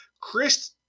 Chris